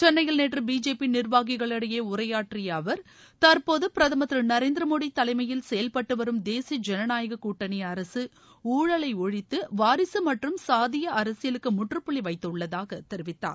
சென்னையில் நேற்று பிஜேபி நிர்வாகிகளிடையே உரையாற்றிய அவர் தற்போது பிரதமர் திரு நரேந்திர மோடி தலைமையில் செயல்பட்டு வரும் தேசிய ஜனநாயகக் கூட்டணி அரசு ஊழலை ஒழித்து வாரிசு மற்றும் சாதீய அரசியலுக்கு முற்றுப்புள்ளி வைத்துள்ளதாக தெரிவித்தார்